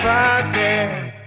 Podcast